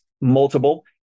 multiple